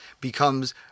becomes